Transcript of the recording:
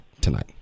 tonight